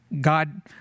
God